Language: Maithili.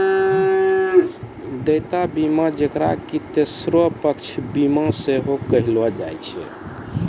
देयता बीमा जेकरा कि तेसरो पक्ष बीमा सेहो कहलो जाय छै